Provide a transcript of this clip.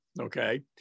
Okay